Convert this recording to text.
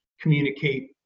communicate